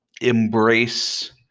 embrace